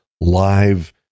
live